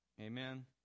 Amen